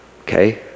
okay